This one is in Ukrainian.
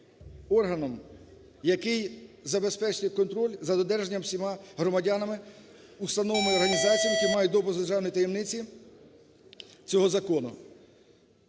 органом, який забезпечує контроль за додержанням всіма громадянами, установами, організаціями, які мають допуск до державної таємниці, цього закону.